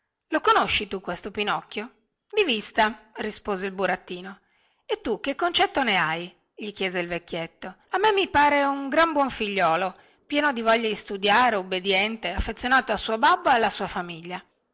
lo conosci tu questo pinocchio di vista rispose il burattino e tu che concetto ne hai gli chiese il vecchietto a me mi pare un gran buon figliuolo pieno di voglia di studiare ubbidiente affezionato al suo babbo e alla sua famiglia